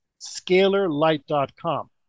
scalarlight.com